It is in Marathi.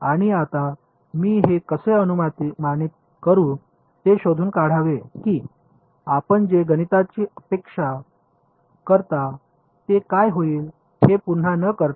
आणि आता मी हे कसे अनुमानित करू ते शोधून काढावे की आपण जे गणिताची अपेक्षा करता ते काय होईल हे पुन्हा न करता